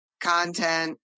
content